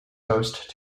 host